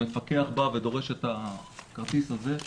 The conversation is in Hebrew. המפקח בא ודורש את הכרטיס הזה,